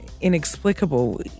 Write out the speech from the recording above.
inexplicable